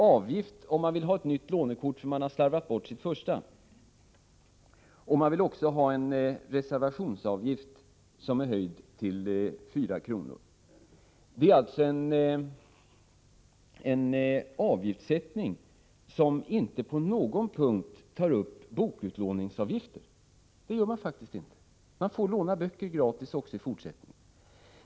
; avgift för ett nytt lånekort om man har slarvat bort sitt första; reservationsavgiften höjs till 4 kr. Det gäller alltså en avgiftssättning som faktiskt inte på någon punkt gäller bokutlåningsavgifter. Man får låna böcker gratis också i fortsättningen.